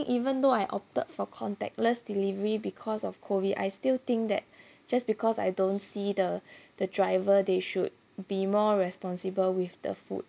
even though I opted for contactless delivery because of COVID I still think that just because I don't see the the driver they should be more responsible with the food